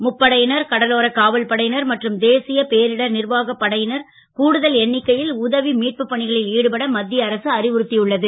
முப்படை னர் கடலோரக் காவல் படை னர் மற்றும் தேசிய பேரிடர் ர்வாகப் படை னர் கூடுதல் எண்ணிக்கை ல் உதவி மீட்புப் பணிகளில் ஈடுபட மத் ய அரசு அறிவுறுத் யுள்ளது